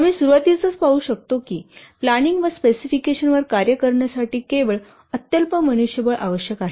आम्ही सुरूवातीसच पाहू शकतो की प्लांनिंग व स्पेसिफिकेशन वर कार्य करण्यासाठी केवळ अत्यल्प मनुष्यबळ आवश्यक आहे